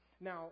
Now